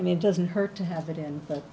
i mean it doesn't hurt to have it in but